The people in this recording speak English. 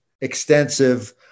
extensive